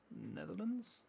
Netherlands